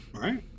Right